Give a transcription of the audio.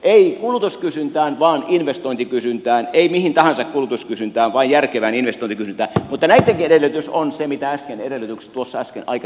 ei kulutuskysyntään vaan investointikysyntään ei mihin tahansa kulutuskysyntään vaan järkevään investointikysyntään mutta näittenkin edellytykset ovat ne mitkä edellytyksiksi äsken aikaisemmin laitoin